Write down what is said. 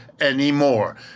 anymore